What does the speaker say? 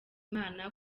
imana